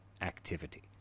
activity